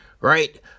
right